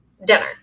Dinner